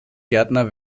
gärtner